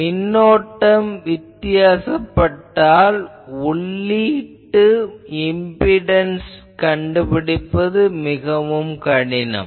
மின்னோட்டம் வித்தியாசப்பட்டால் உள்ளீட்டு இம்பிடன்ஸ் கண்டுபிடிப்பது கடினம்